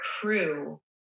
crew